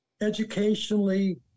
educationally